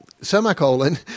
Semicolon